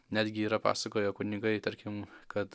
netgi yra pasakoję kunigai tarkim kad